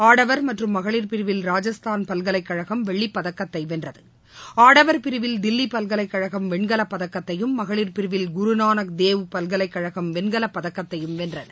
ஆடவர் மற்றும் மகளிர் பிரிவில் ராஜஸ்தான் பல்லைக் கழகம் வெள்ளிப் பதக்கத்தை வென்றது ஆடவர் பிரிவில் தில்லி பல்கலைக் கழகம் வெண்கலப் பதக்கத்தையும் மகளிர் பிரிவில் குருநானக் தேவ் பல்கலைக் கழகம் வெண்கலப் பதக்கத்தையும் வென்றன